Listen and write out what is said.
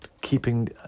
keeping